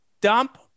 dump